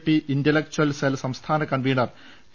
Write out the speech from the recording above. P intellectual cell സംസ്ഥാന convenor T